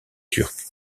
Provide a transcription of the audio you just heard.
turque